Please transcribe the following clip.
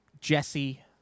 jesse